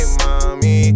mommy